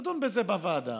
לדון בזה בוועדה,